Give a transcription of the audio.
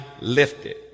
lifted